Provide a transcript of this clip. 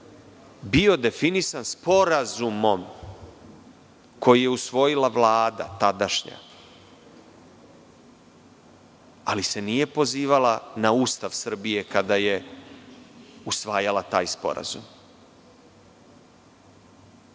bio definisan sporazumom koji je usvojila tadašnja Vlada, ali se nije pozivala na Ustav Srbije kada je usvajala taj sporazum. Sada